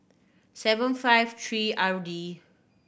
seven five three R D